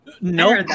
No